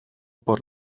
por